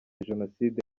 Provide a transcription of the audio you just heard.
jenoside